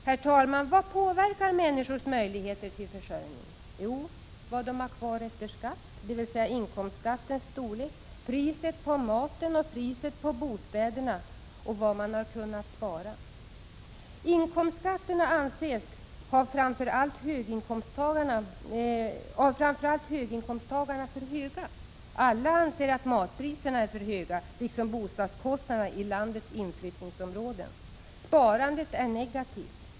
Herr talman! Vad är det som påverkar människors möjligheter till försörjning? Jo, vad de har kvar efter skatt, dvs. inkomstskattens storlek, priset på maten, priset på bostäderna och vad man har kunnat spara. Inkomstskatterna anses av framför allt höginkomsttagarna vara för höga. Alla anser att matpriserna är för höga liksom bostadskostnaderna i landets inflyttningsområden. Sparandet är negativt.